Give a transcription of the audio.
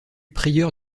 prieur